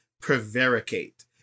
prevaricate